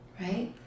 Right